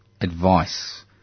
advice